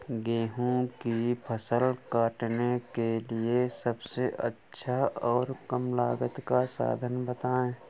गेहूँ की फसल काटने के लिए सबसे अच्छा और कम लागत का साधन बताएं?